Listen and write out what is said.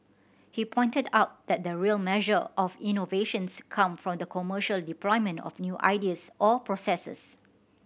he pointed out that the real measure of innovations come from the commercial deployment of new ideas or processes